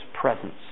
presence